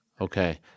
Okay